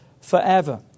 forever